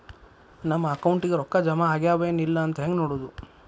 ನಮ್ಮ ಅಕೌಂಟಿಗೆ ರೊಕ್ಕ ಜಮಾ ಆಗ್ಯಾವ ಏನ್ ಇಲ್ಲ ಅಂತ ಹೆಂಗ್ ನೋಡೋದು?